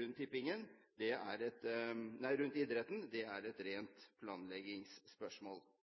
rundt idretten. Det er et rent planleggingsspørsmål. Jeg la merke til at Høyre ikke er en del av innstillingen. Det er